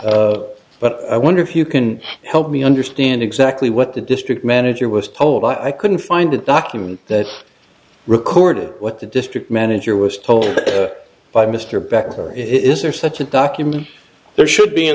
eight but i wonder if you can help me understand exactly what the district manager was told i couldn't find a document that recorded what the district manager was told by mr becker is there such a document there should be in